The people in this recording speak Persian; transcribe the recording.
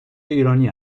ایرانی